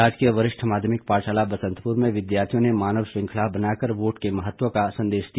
राजकीय वरिष्ठ माध्यमिक पाठशाला बसंतपुर में विद्यार्थियों ने मानव श्रृंखला बनाकर वोट के महत्व का संदेश दिया